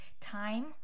time